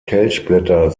kelchblätter